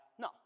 No